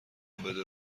بده